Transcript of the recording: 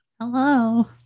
Hello